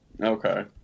Okay